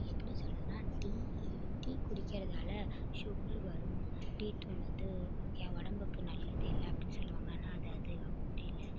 எப்படி சொல்கிறதுன்னா tea tea குடிக்கிறதுனால சுகர் வரும் டீத்தூள் வந்து என் உடம்புக்கு நல்லது இல்லை அப்படின்னு சொல்லுவாங்க ஆனால் அது அப்படி இல்லை